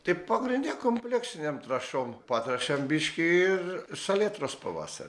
tai pagrindė kompleksinėm trąšom patręšėm biškį ir salietros pavasarį